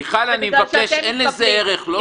זה בגלל שאתם מתקפלים.